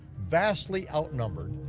vastly outnumbered,